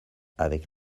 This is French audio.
avec